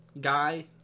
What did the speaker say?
guy